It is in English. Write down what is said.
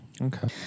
Okay